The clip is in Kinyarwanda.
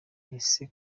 ese